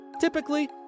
Typically